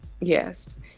Yes